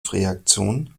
reaktion